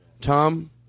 Tom